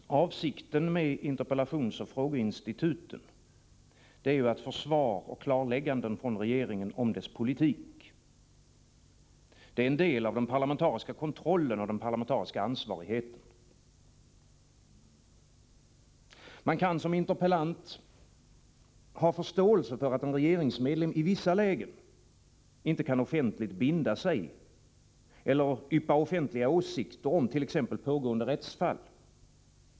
Herr talman! Avsikten med interpellationsoch frågeinstituten är att få svar och klarlägganden från regeringen om dess politik. Det är en del av den parlamentariska kontrollen och den parlamentariska ansvarigheten. Man kan som interpellant ha förståelse för att en regeringsmedlem i vissa lägen inte kan offentligt binda sig eller yppa offentliga åsikter om t.ex. pågående rättsfall.